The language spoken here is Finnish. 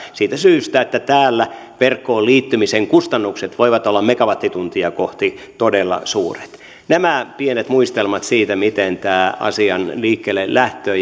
siitä syystä että täällä verkkoon liittymisen kustannukset voivat olla megawattituntia kohti todella suuret tässä pienet muistelmat siitä miten silloin aikanaan olivat tämän asian liikkeellelähtö